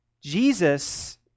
Jesus